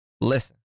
Listen